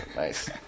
Nice